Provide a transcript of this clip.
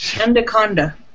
Anaconda